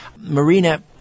Marina